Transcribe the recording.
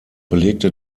belegte